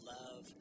love